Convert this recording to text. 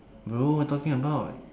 no what you talking about